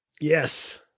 Yes